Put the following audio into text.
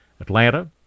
Atlanta